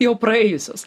jau praėjusius